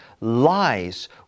lies